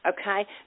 Okay